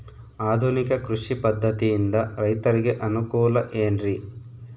ಆಧುನಿಕ ಕೃಷಿ ಪದ್ಧತಿಯಿಂದ ರೈತರಿಗೆ ಅನುಕೂಲ ಏನ್ರಿ?